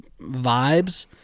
vibes